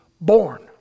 born